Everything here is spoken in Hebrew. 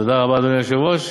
תודה רבה, אדוני היושב-ראש.